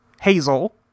Hazel